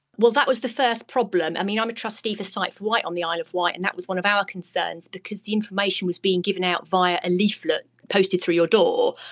well that was the first problem. i mean i'm a trustee for sight for wight on the isle of wight and that was one of our concerns because the information was being given out via a leaflet, posted through your door.